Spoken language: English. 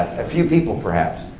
a few people, perhaps.